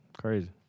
Crazy